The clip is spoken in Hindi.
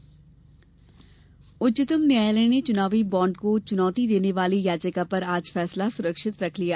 उच्चतम न्यायालय उच्चतम न्यायालय ने चुनावी बॉण्ड को चुनौती देने वाली याचिका पर आज फैसला सुरक्षित रख लिया